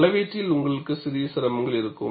அளவீட்டில் உங்களுக்கு சில சிரமங்கள் இருக்கும்